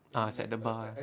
ah set the bar